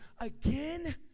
again